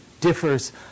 differs